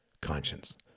conscience